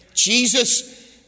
Jesus